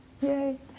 Yay